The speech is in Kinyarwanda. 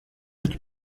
icyo